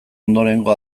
ondorengo